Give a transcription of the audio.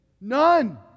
none